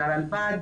של הרלב"ד,